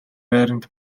байранд